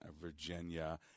Virginia